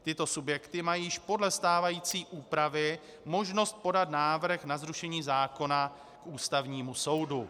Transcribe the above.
Tyto subjekty mají již podle stávající úpravy možnost podat návrh na zrušení zákona k Ústavnímu soudu.